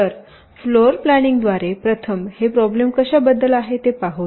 तर फ्लोरप्लानिंगद्वारे प्रथम ही प्रोब्लम कशाबद्दल आहे ते पाहूया